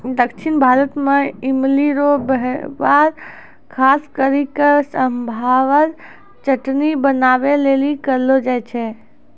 दक्षिण भारत मे इमली रो वेहवार खास करी के सांभर चटनी बनाबै लेली करलो जाय छै